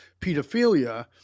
pedophilia